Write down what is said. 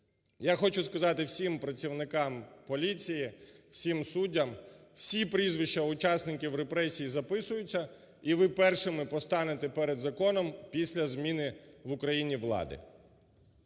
Я хочу сказати всім працівникам поліції, всім суддям: всі прізвища учасників репресій записуються. І ви першими постанете перед законом після зміни в Україні влади.